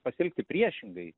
pasielgti priešingai